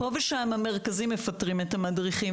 פה ושם המרכזים מפטרים את המדריכים,